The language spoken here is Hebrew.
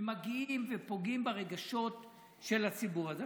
ומגיעים ופוגעים ברגשות של הציבור הזה.